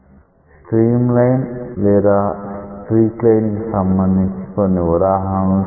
stream line లేదా streakline కి సంబంధించి కొన్ని ఉదాహరణలు చూద్దాం